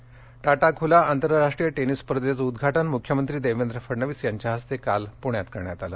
tennis Tata खुल्या आंतरराष्ट्रीय tennis स्पर्धेचं उद्घाटन मुख्यमंत्री देवेंद्र फडणवीस यांच्या हस्ते काल पुण्यात करण्यात आलं